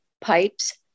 pipes